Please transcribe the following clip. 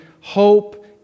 Hope